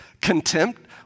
contempt